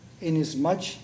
Inasmuch